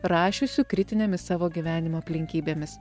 rašiusių kritinėmis savo gyvenimo aplinkybėmis